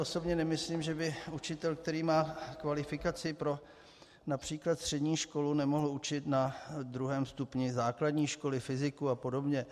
Osobně si nemyslím, že by učitel, který má kvalifikaci pro například střední školu, nemohl učit na II. stupni základní školy fyziku a podobně.